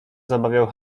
zabawiał